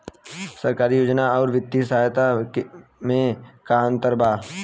सरकारी योजना आउर वित्तीय सहायता के में का अंतर बा?